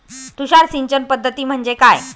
तुषार सिंचन पद्धती म्हणजे काय?